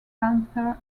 panther